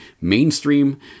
mainstream